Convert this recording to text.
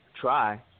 try